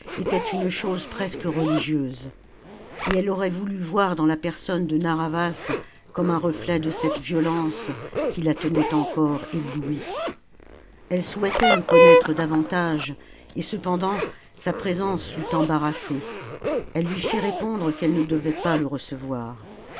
était une chose presque religieuse et elle aurait voulu voir dans la personne de narr'havas comme un reflet de cette violence qui la tenait encore éblouie elle souhaitait le connaître davantage et cependant sa présence l'eût embarrassée elle lui fit répondre qu'elle ne devait pas le recevoir